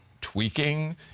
tweaking